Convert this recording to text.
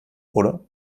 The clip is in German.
oder